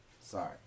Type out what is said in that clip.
Sorry